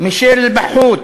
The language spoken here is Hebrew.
מישל בחות',